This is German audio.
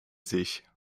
sich